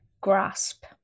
grasp